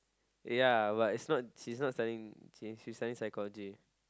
ya but she's not she's not studying she's studying psychology